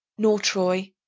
nor troy,